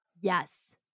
Yes